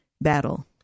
battle